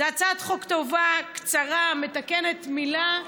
זו הצעת חוק טובה, קצרה, מתקנת מילה,